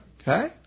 Okay